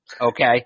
Okay